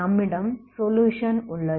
நம்மிடம் சொலுயுஷன் உள்ளது